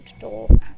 door